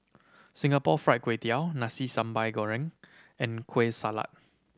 Singapore Fried Kway Tiao Nasi Sambal Goreng and Kueh Salat